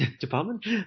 department